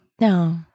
No